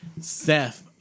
Seth